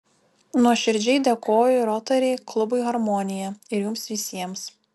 nuoširdžiai dėkoju rotary klubui harmonija ir jums visiems